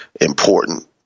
important